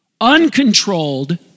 uncontrolled